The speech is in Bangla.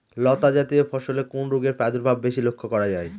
লতাজাতীয় ফসলে কোন রোগের প্রাদুর্ভাব বেশি লক্ষ্য করা যায়?